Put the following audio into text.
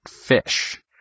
fish